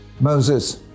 Moses